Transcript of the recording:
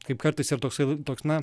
kaip kartais yra toksai toks na